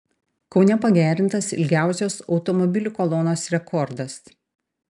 kaune pagerintas ilgiausios automobilių kolonos rekordas